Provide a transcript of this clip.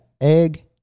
egg